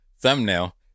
thumbnail